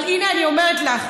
אבל הינה, אני אומרת לך: